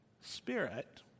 Spirit